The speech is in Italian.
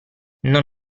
non